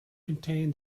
contain